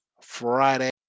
Friday